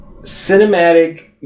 Cinematic